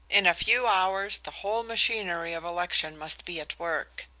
in a few hours the whole machinery of election must be at work,